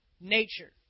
nature